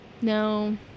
No